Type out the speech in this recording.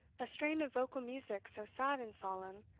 a strain of vocal music so sad and solemn,